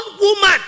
woman